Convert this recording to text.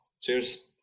Cheers